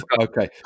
Okay